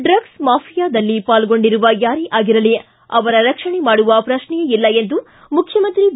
ಡ್ರಗ್ಲ್ ಮಾಫಿಯಾದಲ್ಲಿ ಪಾಲ್ಗೊಂಡಿರುವ ಯಾರೇ ಆಗಿರಲಿ ಅವರ ರಕ್ಷಣೆ ಮಾಡುವ ಪ್ರಕ್ಷೆಯೇ ಇಲ್ಲ ಎಂದು ಮುಖ್ಣಮಂತ್ರಿ ಬಿ